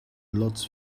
lots